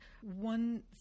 one